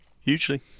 hugely